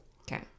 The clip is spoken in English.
Okay